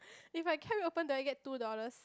if I kept it open do I get two dollars